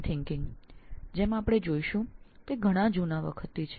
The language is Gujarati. સંભવતઃ આપણે આગળ જતાં જોઈશું તેમ ડિઝાઇન થીંકીંગ ઘણા જૂના સમયથી છે